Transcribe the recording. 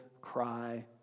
cry